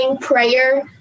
prayer